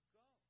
go